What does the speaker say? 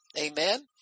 Amen